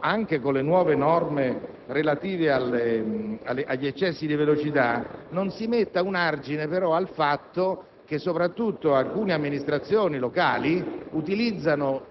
anche con le nuove norme relative agli eccessi di velocità non si mette un argine al fatto che soprattutto alcune amministrazioni locali utilizzano